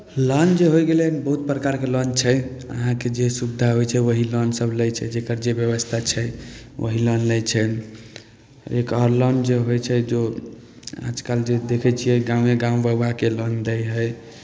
loan जे हो गेलै बहुत प्रकारके लोन छै अहाँके जे सुविधा होइ छै वही लोनसभ लै छै जकर जे व्यवस्था छै वही लोन लै छै एक आओर लोन जे होइ छै जो आजकल जे देखै छियै गामे गाम बौआ कऽ लोन दै हइ